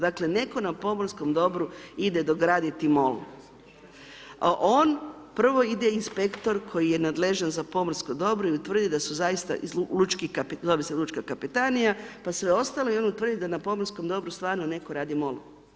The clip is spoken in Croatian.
Dakle, netko na pomorskom dobru ide dograditi mol, on prvo ide inspektor koji je nadležan za pomorsko dobro i utvrdi da su zaista, zove se lučka kapetanija, pa sve ostalo i on utvrdi da na pomorskom dobru stvarno netko radi mol.